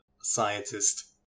scientist